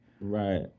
Right